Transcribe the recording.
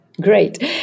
Great